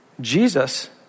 Jesus